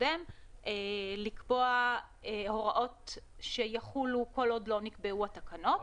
הקודם לקבוע הוראות שיחולו כל עוד לא נקבעו התקנות.